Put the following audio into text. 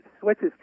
switches